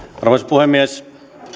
puhemies en varsinaisesti